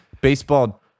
Baseball